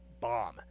bomb